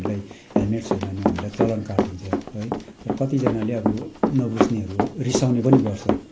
हामीलाई हेल्मेट छैन भने हामीलाई चलान काटिदिन्छ है तर कतिजनाले अब नबुझ्नेहरू रिसाउने पनि गर्छ